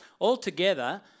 Altogether